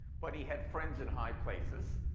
but he had friends in high places.